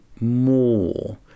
more